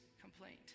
complaint